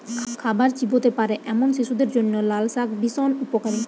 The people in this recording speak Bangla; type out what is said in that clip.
খাবার চিবোতে পারে এমন শিশুদের জন্য লালশাক ভীষণ উপকারী